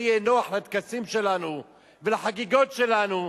יהיה נוח לטקסים שלנו ולחגיגות שלנו,